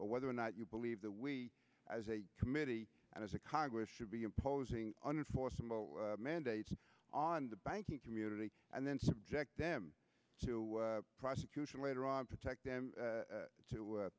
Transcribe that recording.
but whether or not you believe the we as a committee and as a congress should be imposing unforeseeable mandates on the banking community and then subject them to prosecution later on protect them